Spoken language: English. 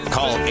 Call